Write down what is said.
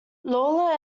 lawler